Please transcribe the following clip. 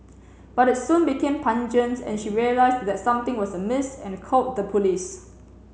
but it soon became pungent and she realised that something was amiss and called the police